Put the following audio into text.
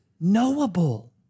knowable